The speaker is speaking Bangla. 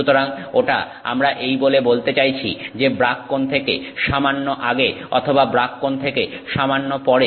সুতরাং ওটা আমরা এই বলে বলতে চাইছি যে ব্রাগ কোণ থেকে সামান্য আগে অথবা ব্রাগ কোণ থেকে সামান্য পরে